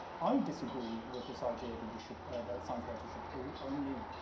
i disagree with this idea that you should, or that science writers should only,